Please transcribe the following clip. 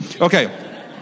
Okay